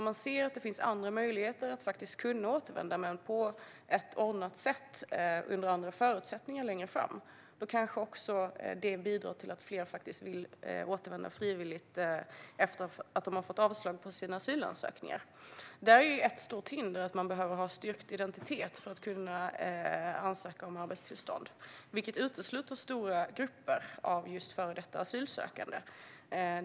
Om man ser att det finns andra möjligheter att faktiskt kunna återvända men på ett ordnat sätt och under andra förutsättningar längre fram kanske det bidrar till att fler återvänder frivilligt efter att ha fått avslag på sina asylansökningar. Ett stort hinder är att man behöver ha styrkt identitet för att kunna ansöka om arbetstillstånd, vilket utesluter stora grupper av före detta asylsökande.